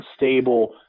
unstable